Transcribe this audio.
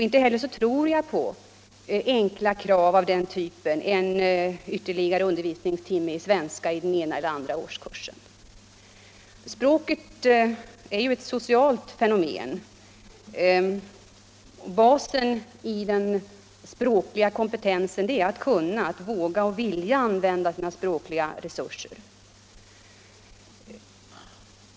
Inte heller tror jag på enkla krav av typen en ytterligare undervisningstimme i svenska i den ena eller den andra årskursen. Språket är ju ett socialt fenomen. Basen i den språkliga kompetensen är att kunna, våga och vilja använda sina språkliga resurser.